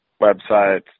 websites